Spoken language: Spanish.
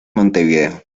montevideo